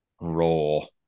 role